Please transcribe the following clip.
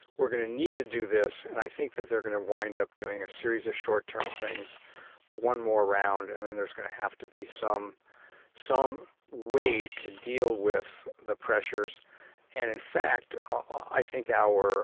we're going to need to do this, and i think that they're going to wind up doing a series of short-term things one more round and then there's going to have to be some some way to deal with the pressures and in fact, ah i think our